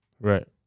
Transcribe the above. Right